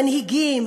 מנהיגים,